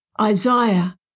Isaiah